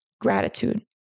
gratitude